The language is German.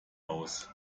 aus